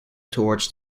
toward